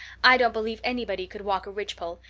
i don't believe anybody could walk a ridgepole.